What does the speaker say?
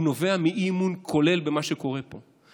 הוא נובע מאי-אמון כולל במה שקורה פה.